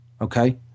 Okay